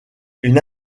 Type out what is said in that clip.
une